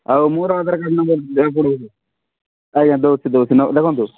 ଆଉ ମୋର Aadhaar card number ଦେବାକୁ ପଡ଼ିବ କି ଆଜ୍ଞା ଦେଉଛି ଦେଉଛି ଦେଖନ୍ତୁ